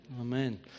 Amen